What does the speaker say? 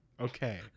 Okay